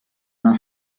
una